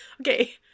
okay